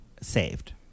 saved